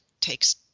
takes